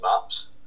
maps